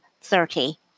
thirty